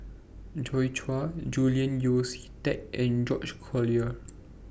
Joi Chua Julian Yeo See Teck and George Collyer